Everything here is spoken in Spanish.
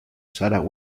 sarah